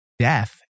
death